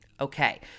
Okay